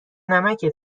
نمکه